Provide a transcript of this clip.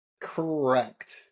Correct